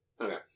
Okay